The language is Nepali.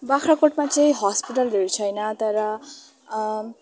बाग्राकोटमा चाहिँ हस्पिटल धेर छैन तर